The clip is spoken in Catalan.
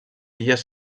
illes